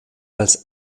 als